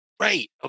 Right